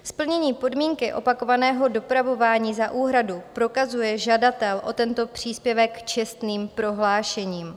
Splnění podmínky opakovaného dopravování za úhradu prokazuje žadatel o tento příspěvek čestným prohlášením.